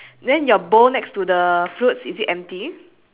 is uh filled then eh the fruits right